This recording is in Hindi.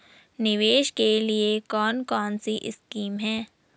निवेश के लिए कौन कौनसी स्कीम हैं?